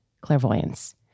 clairvoyance